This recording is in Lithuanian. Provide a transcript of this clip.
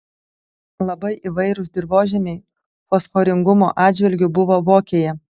labai įvairūs dirvožemiai fosforingumo atžvilgiu buvo vokėje